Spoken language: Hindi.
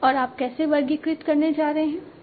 और आप कैसे वर्गीकृत करने जा रहे हैं